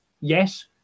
Yes